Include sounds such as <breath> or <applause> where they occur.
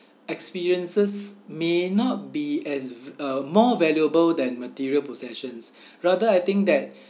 experiences may not be as v~ uh more valuable than material possessions <breath> rather I think that